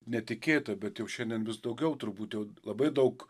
netikėta bet jau šiandien vis daugiau turbūt jau labai daug